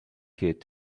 kit